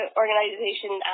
organization